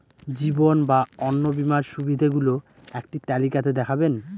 জীবন বা অন্ন বীমার সুবিধে গুলো একটি তালিকা তে দেখাবেন?